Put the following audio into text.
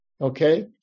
Okay